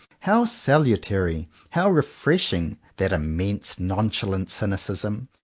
how salutary, how refreshing, that immense nonchalant cynicism,